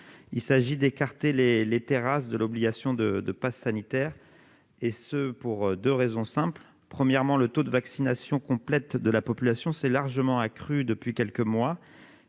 Il s'agit d'écarter les terrasses de cette obligation, et cela pour deux raisons simples. Premièrement, le taux de vaccination complète de la population s'est largement accru depuis quelques mois,